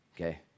okay